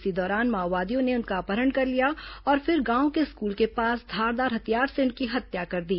इसी दौरान माओवादियों ने उनका अपहरण कर लिया और फिर गांव के स्कूल के पास धारदार हथियार से उनकी हत्या कर दी